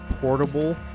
portable